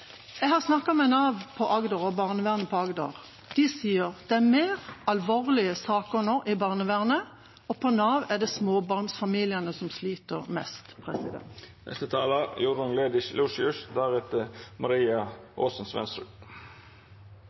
Jeg har snakket med Nav og barnevernet i Agder. De sier det er mer alvorlige saker i barnevernet nå, og på Nav er det småbarnsfamiliene som sliter mest.